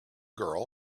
girl